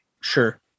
Sure